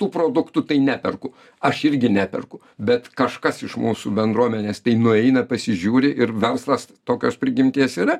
tų produktų tai neperku aš irgi neperku bet kažkas iš mūsų bendruomenės tai nueina pasižiūri ir verslas tokios prigimties yra